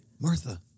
Martha